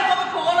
חוק הקורונה,